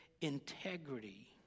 integrity